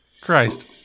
Christ